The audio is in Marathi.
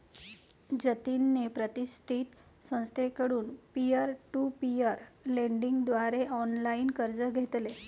जतिनने प्रतिष्ठित संस्थेकडून पीअर टू पीअर लेंडिंग द्वारे ऑनलाइन कर्ज घेतले